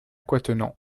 quatennens